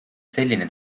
selline